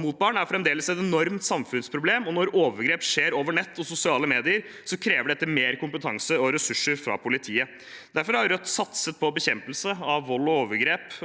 mot barn, er fremdeles et enormt samfunnsproblem, og når overgrep skjer over nett og sosiale medier, krever det mer kompetanse og ressurser fra politiet. Derfor har Rødt satset på bekjempelse av vold og overgrep